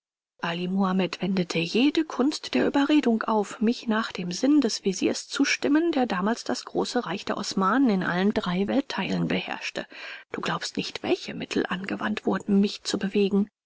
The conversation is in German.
ali muhamed wendete jede kunst der überredung auf mich nach dem sinn des veziers zu stimmen der damals das große reich der osmanen in allen drei weltteilen beherrschte du glaubst nicht welche mittel angewandt wurden mich zu bewegen